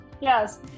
Yes